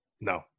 no